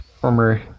former